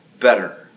better